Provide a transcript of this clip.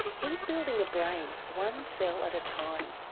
he's building a brain one cell at a time,